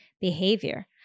behavior